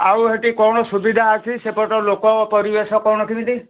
ଆଉ ହେଟି କ'ଣ ସୁବିଧା ଅଛି ସେପଟ ଲୋକ ପରିବେଶ କ'ଣ କେମିତି